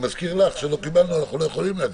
אנחנו לא יכולים.